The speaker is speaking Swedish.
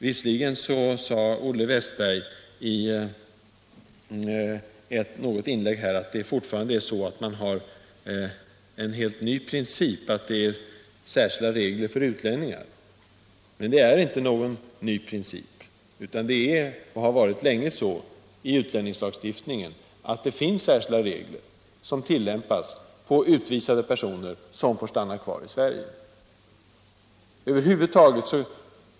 Visserligen hävdade Olle Wästberg i något inlägg här att det fortfarande är en helt ny princip, att det gäller särskilda regler för utlänningar. Men det är inte någon ny princip. I utlänningslagstiftningen har det länge funnits särskilda regler, som tillämpas på utvisade personer som får stanna kvar i Sverige.